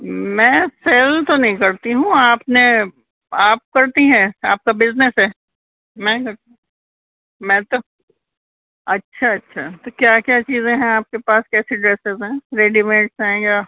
میں سیل تو نہیں کرتی ہوں آپ نے آپ کرتی ہیں آپ کا بزنس ہے میں کر میں تو اچھا اچھا تو کیا کیا چیزیں ہیں آپ کے پاس کیسی ڈریسز ہیں ریڈی میڈس ہیں یا